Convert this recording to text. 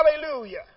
Hallelujah